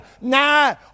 Nah